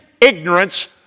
ignorance